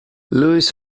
louis